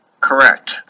Correct